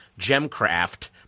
Gemcraft